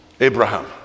Abraham